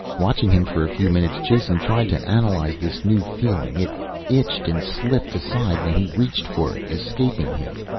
watching him for a few minutes, jason tried to analyze this new feeling. it itched and slipped aside when he reached for it, escaping him.